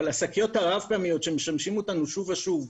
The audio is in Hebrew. אבל השקיות הרב פעמיות שמשמשות אותנו שוב ושוב,